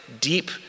deep